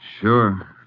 Sure